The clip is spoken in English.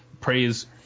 praise